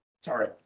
sorry